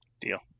Deal